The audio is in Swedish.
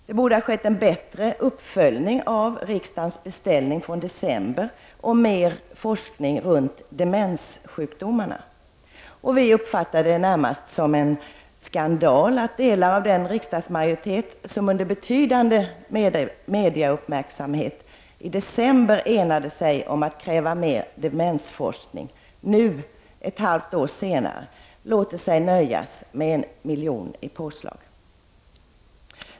Det borde ha skett en bättre uppföljning av riksdagens beställning från december om mer forskning om demenssjukdomarna. Vi uppfattar det närmast som en skandal att delar av riksdagens majoritet som under betydande uppmärksamhet från media i december enade sig om att kräva mer forskning om demens nu, ett halvt år senare, låter sig nöjas med 1 milj.kr. i påslag.